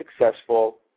successful